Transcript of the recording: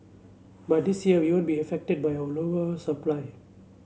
but this year we won't be affected by of lower supply